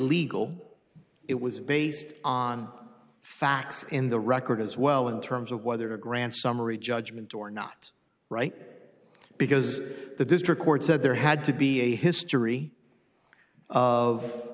legal it was based on facts in the record as well in terms of whether to grant summary judgment or not right because the district court said there had to be a history of